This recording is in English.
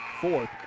fourth